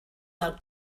del